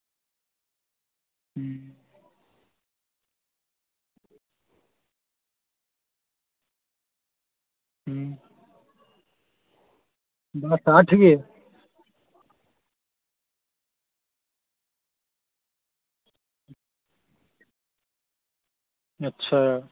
हां हां बाह्र हे अच्छा